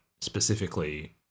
specifically